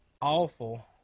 awful